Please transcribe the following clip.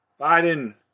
Biden